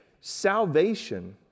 Salvation